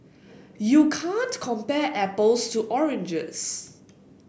you can't compare apples to oranges